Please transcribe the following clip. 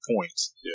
points